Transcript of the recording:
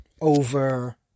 over